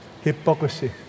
Hypocrisy